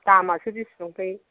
दामासो बेसेबांथाय